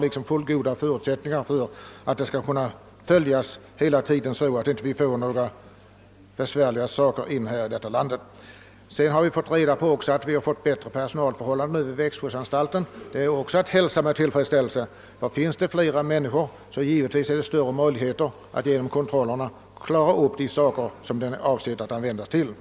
Vi vill ha fullgoda garantier för att de överenskomna reglerna hela tiden skall följas, så att vi inte får in sådana besvärliga skadeinsekter i landet. Vi har nu fått veta att personalförhållandena vid växtskyddsanstalten förbättrats. Detta är också att hälsa med tillfredsställelse. Finns det flera människor som arbetar där är givetvis också möjligheterna större att genom kontrollerna komma till rätta med de saker som kontrollerna är avsedda att upptäcka och klara av.